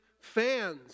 fans